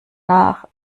nach